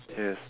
yes